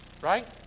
Right